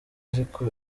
ariko